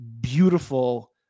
beautiful